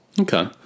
Okay